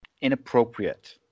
Inappropriate